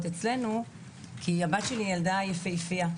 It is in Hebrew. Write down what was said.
אצלנו כי הבת שלי היא ילדה יפהפייה.